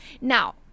now